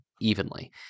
evenly